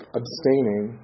abstaining